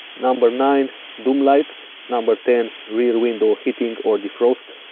number nine doum lights, number ten rear window heating or defrost.